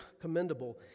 commendable